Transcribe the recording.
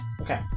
Okay